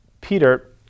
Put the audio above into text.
peter